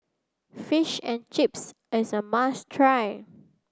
fish and Chips is a must try